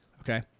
okay